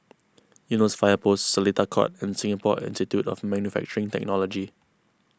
Eunos Fire Post Seletar Court and Singapore Institute of Manufacturing Technology